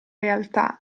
realtà